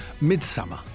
Midsummer